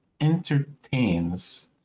entertains